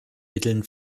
mitteln